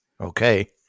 Okay